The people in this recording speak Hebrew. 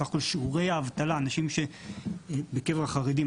סך הכול שיעורי האבטלה בקרב החרדים,